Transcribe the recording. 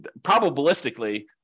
probabilistically